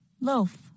Loaf